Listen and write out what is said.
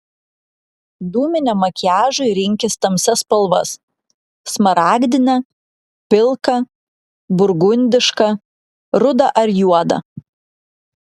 dūminiam makiažui rinkis tamsias spalvas smaragdinę pilką burgundišką rudą ar juodą